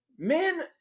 Men